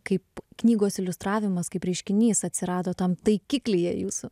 kaip knygos iliustravimas kaip reiškinys atsirado tam taikiklyje jūsų